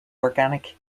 organic